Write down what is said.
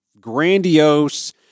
Grandiose